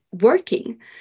working